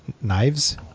knives